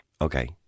Okay